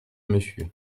monsieur